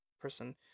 person